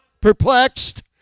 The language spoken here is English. perplexed